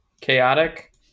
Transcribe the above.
chaotic